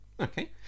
Okay